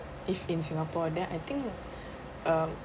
if in singapore then I think um